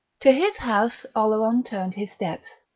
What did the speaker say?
to his house oleron turned his steps.